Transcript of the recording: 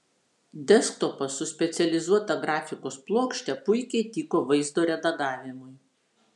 desktopas su specializuota grafikos plokšte puikiai tiko vaizdo redagavimui